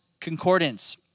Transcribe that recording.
Concordance